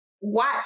watch